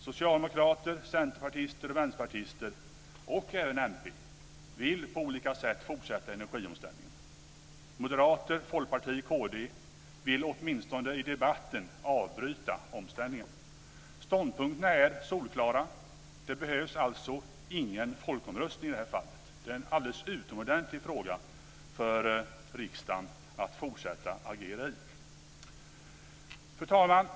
Socialdemokrater, centerpartister, vänsterpartister och även miljöpartister vill på olika sätt fortsätta energiomställningen. Moderater, folkpartister och kristdemokrater vill åtminstone i debatten avbryta omställningen. Ståndpunkterna är solklara: Det behövs alltså ingen folkomröstning i det här fallet. Det är en alldeles utomordentlig fråga för riksdagen att agera i. Fru talman!